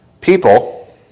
people